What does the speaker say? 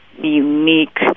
unique